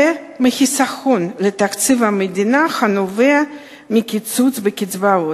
מהחיסכון לתקציב המדינה הנובע מהקיצוץ בקצבאות.